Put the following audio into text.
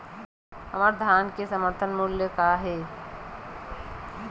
हमर धान के समर्थन मूल्य का हे?